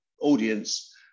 audience